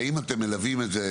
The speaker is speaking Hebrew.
האם אתם מלווים את זה?